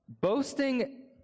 Boasting